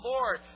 Lord